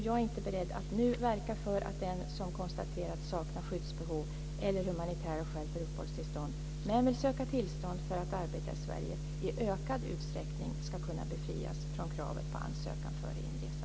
Jag är inte beredd att nu verka för att den som konstaterats sakna skyddsbehov eller humanitära skäl för uppehållstillstånd men vill söka tillstånd för att arbeta i Sverige i ökad utsträckning ska kunna befrias från kravet på ansökan före inresa.